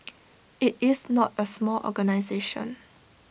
IT is not A small organisation